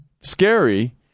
scary